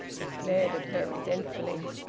he glared at her resentfully.